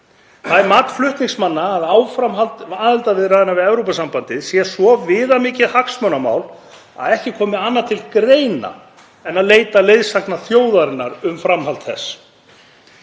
Það er mat flutningsmanna að áframhald aðildarviðræðna við Evrópusambandið sé svo viðamikið hagsmunamál að ekki komi annað til greina en að leita leiðsagnar þjóðarinnar um framhald þess.